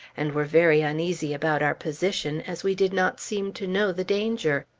and were very uneasy about our position, as we did not seem to know the danger.